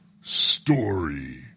story